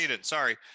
sorry